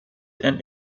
and